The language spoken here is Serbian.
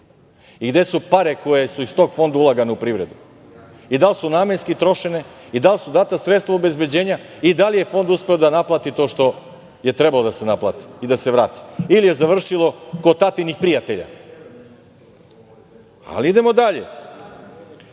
I gde su pare koje su iz tog fonda ulagane u privredu? I da li su namenski trošene i da li su data sredstva obezbeđenja i da li je Fond uspeo da naplati to što je trebalo da se naplati i da se vrati? Ili je završilo kod tatinih prijatelja? Ali idemo dalje.